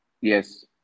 Yes